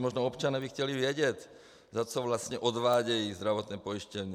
Možná občané by chtěli vědět, za co vlastně odvádějí zdravotní pojištění.